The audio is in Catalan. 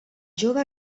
jove